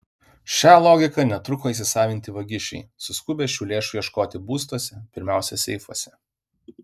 šią logiką netruko įsisavinti vagišiai suskubę šių lėšų ieškoti būstuose pirmiausia seifuose